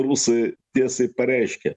rusai tiesiai pareiškė